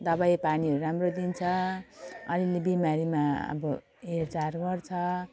दबाईपानीहरू राम्रो दिन्छ अलिअलि बिमारीमा अब हेरचाहहरू गर्छ